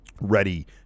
ready